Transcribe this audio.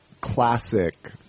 classic